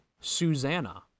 Susanna